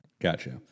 Gotcha